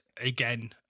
again